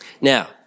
Now